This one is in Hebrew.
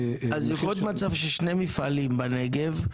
--- אז יכול להיות מצב ששני מפעלים בנגב,